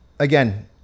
again